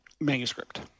manuscript